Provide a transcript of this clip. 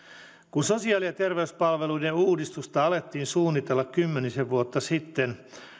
kun sosiaali ja terveyspalveluiden uudistusta alettiin suunnitella kymmenisen vuotta sitten